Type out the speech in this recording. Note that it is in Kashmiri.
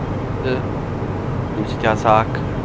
تہٕ ییٚمہِ سۭتۍ ہسا اکھ